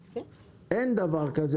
יש דבר כזה על קומות?